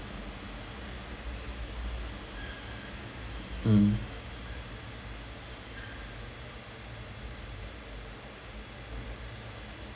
mm